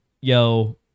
yo